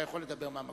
אתה יכול לדבר מהמקום.